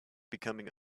becoming